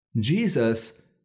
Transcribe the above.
Jesus